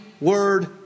word